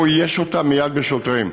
הוא אייש אותן מייד בשוטרים,